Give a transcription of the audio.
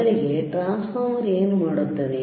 ಮೊದಲಿಗೆ ಟ್ರಾನ್ಸ್ಫಾರ್ಮರ್ ಏನು ಮಾಡುತ್ತದೆ